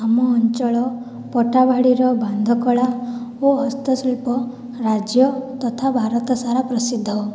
ଆମ ଅଞ୍ଚଳ ପଟା ବାଡ଼ିର ବାନ୍ଧ କଳା ଓ ହସ୍ତ ଶିଳ୍ପ ରାଜ୍ୟ ତଥା ଭାରତ ସାରା ପ୍ରସିଦ୍ଧ